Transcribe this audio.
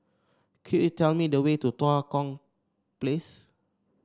could you tell me the way to Tua Kong Place